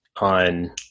on